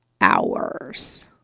hours